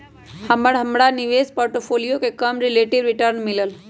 हमरा हमर निवेश पोर्टफोलियो पर कम रिलेटिव रिटर्न मिलल